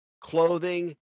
clothing